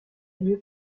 lieu